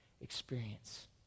experience